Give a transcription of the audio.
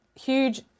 huge